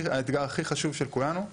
האתגר הכי חשוב של כולנו,